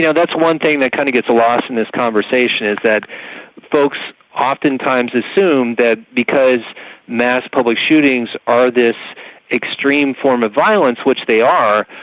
yeah that's one thing that kind of gets lost in this conversation, is that folks oftentimes assume that because mass public shootings are this extreme form of violence, which they are,